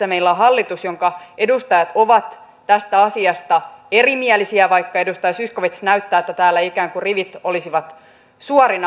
meillä on hallitus jonka edustajat ovat tästä asiasta erimielisiä vaikka edustaja zyskowicz näyttää että täällä ikään kuin rivit olisivat suorina